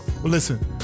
listen